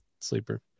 sleeper